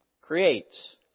creates